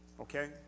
Okay